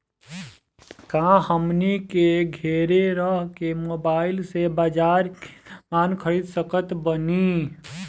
का हमनी के घेरे रह के मोब्बाइल से बाजार के समान खरीद सकत बनी?